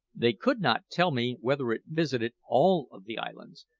they could not tell me whether it visited all of the islands,